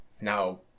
now